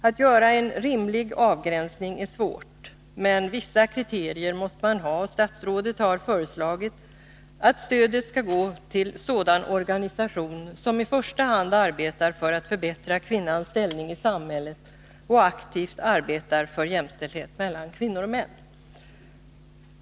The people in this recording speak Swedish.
Att göra en rimlig avgränsning är svårt, men vissa kriterier måste man ha, och statsrådet har föreslagit att stödet skall gå till sådan organisation som i första hand arbetar för att förbättra kvinnans ställning i samhället och aktivt arbetar för jämställdhet mellan kvinnor och män.